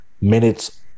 minutes